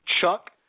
Chuck